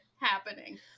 happening